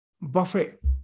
buffet